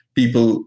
people